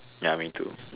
ya me too